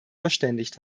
verständigt